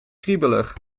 kriebelig